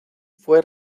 fue